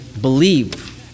believe